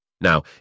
Now